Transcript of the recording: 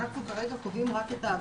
אנחנו כרגע קובעים רק את העבירות.